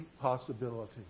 possibility